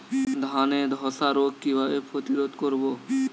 ধানে ধ্বসা রোগ কিভাবে প্রতিরোধ করব?